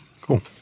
Cool